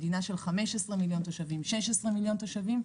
מדינה של 16 מיליון תושבים,